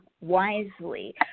wisely